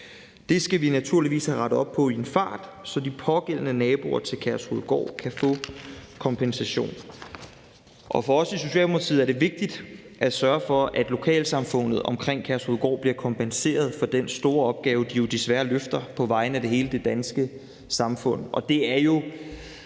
Det skal vi naturligvis have rettet op på i en fart, så de pågældende naboer til Kærshovedgård kan få kompensation. For os i Socialdemokratiet er det vigtigt at sørge for, at lokalsamfundet omkring Kærshovedgård bliver kompenseret for den store opgave, de jo desværre løfter på vegne af hele det danske samfund.